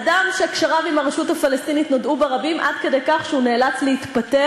אדם שקשריו עם הרשות הפלסטינית נודעו ברבים עד כדי כך שהוא נאלץ להתפטר,